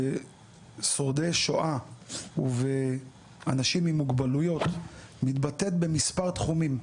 בשורדי שואה ובאנשים עם מוגבלויות מתבטאת במספר תחומים,